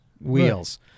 wheels